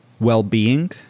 well-being